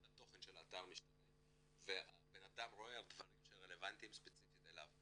כל התוכן של האתר משתנה והאדם רואה דברים שרלבנטיים ספציפית אליו.